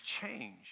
change